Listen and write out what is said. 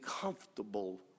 comfortable